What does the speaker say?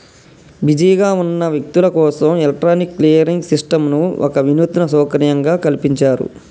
బిజీగా ఉన్న వ్యక్తులు కోసం ఎలక్ట్రానిక్ క్లియరింగ్ సిస్టంను ఒక వినూత్న సౌకర్యంగా కల్పించారు